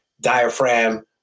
diaphragm